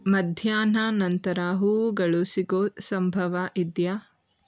ಮಧ್ಯಾಹ್ನಾನಂತರ ಹೂವುಗಳು ಸಿಗೋ ಸಂಭವ ಇದೆಯಾ